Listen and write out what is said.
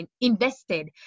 invested